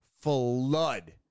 flood